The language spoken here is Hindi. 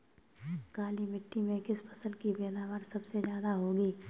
काली मिट्टी में किस फसल की पैदावार सबसे ज्यादा होगी?